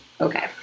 Okay